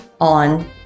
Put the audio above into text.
on